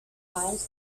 tires